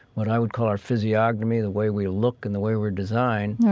what i would call our physiognomy, the way we look and the way we're designed, right,